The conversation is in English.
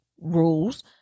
rules